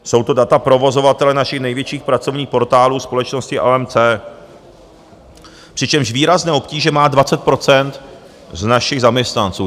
Jsou to data provozovatele našich největších pracovních portálů, společnosti LMC, přičemž výrazné obtíže má 20 % z našich zaměstnanců.